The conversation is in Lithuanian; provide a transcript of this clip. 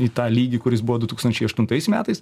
į tą lygį kuris buvo du tūkstančiai aštuntais metais